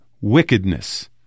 wickedness